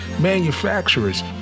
manufacturers